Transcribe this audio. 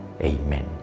Amen